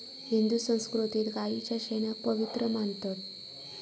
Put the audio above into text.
हिंदू संस्कृतीत गायीच्या शेणाक पवित्र मानतत